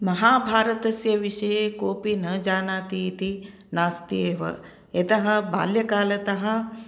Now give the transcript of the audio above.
महाभारतस्य विषये कोऽपि न जानाति इति नास्ति एव यतः बाल्यकालतः